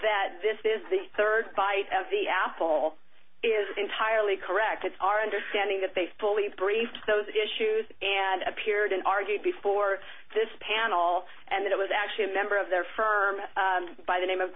that this is the third bite of the apple is entirely correct it's our understanding that they fully briefed those issues and appeared and argued before this panel and it was actually a member of their firm by the name of